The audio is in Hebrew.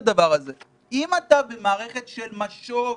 שאם אתה במערכת של משוב,